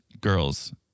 girl's